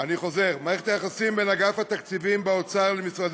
עוברים לנושא הבא: הצעת חוק מסי מכס ובלו (שינוי התעריף) (תיקון,